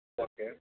okay